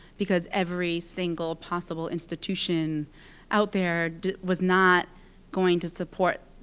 because every single possible institution out there was not going to support